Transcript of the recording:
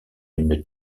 une